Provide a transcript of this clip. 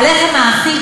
הלחם האחיד,